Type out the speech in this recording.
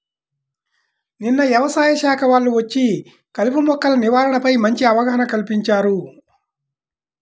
నిన్న యవసాయ శాఖ వాళ్ళు వచ్చి కలుపు మొక్కల నివారణపై మంచి అవగాహన కల్పించారు